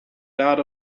dot